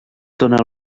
dóna